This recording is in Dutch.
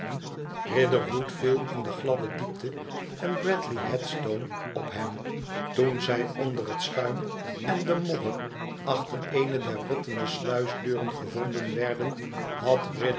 riderhood viel in de gladde diepte en bradley headstone op hem toen zij onder het schuim en de modder achter eene der rottende sluisdeuren gevonden werden had